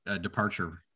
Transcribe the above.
departure